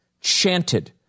chanted